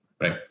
right